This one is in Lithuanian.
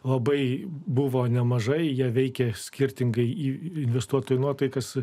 labai buvo nemažai jie veikė skirtingai į investuotojų nuotaikas